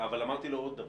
אמרתי לו עוד דבר: